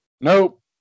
Nope